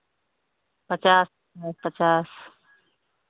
पचास है पचास